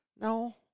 No